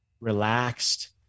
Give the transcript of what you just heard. relaxed